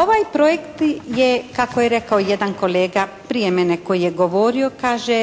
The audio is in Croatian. Ovaj projekt je kako je rekao jedan kolega prije mene koji je govorio kaže,